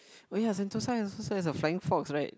oh ya Sentosa has also has a flying fox right